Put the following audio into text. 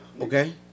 Okay